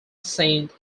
saint